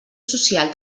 social